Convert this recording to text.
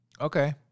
Okay